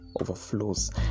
overflows